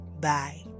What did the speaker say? Bye